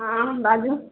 हँ बाजू